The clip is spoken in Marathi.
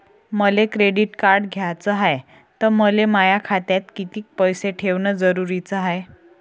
मले क्रेडिट कार्ड घ्याचं हाय, त मले माया खात्यात कितीक पैसे ठेवणं जरुरीच हाय?